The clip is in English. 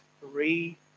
three